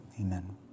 amen